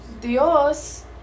Dios